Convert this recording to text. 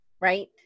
right